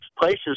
places